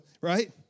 Right